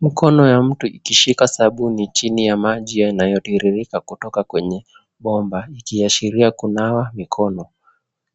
Mkono ya mtu ikishika sabuni chini ya maji yanayotiririka kutoka kwenye bomba ikiashiria kunawa mikono.